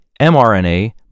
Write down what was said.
mRNA